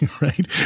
right